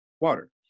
water